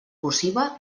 cursiva